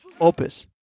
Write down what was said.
Opus